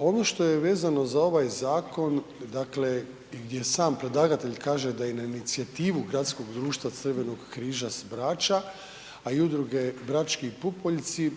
Ono što je vezano za ovaj zakon, dakle gdje sam predlagatelj kaže da je na inicijativu Gradskog društva Crvenog križa s Brača, a i udruge Brački pupoljci,